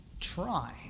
Try